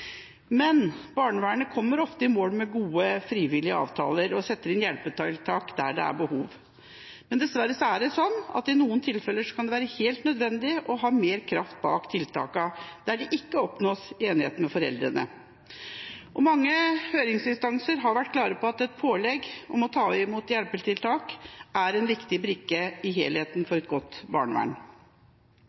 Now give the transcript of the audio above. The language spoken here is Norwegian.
Men dessverre er det slik at i noen tilfeller kan det være helt nødvendig å ha mer kraft bak tiltakene der det ikke oppnås enighet med foreldrene. Mange høringsinstanser har vært klare på at et pålegg om å ta imot hjelpetiltak er en viktig brikke i helheten for et godt barnevern.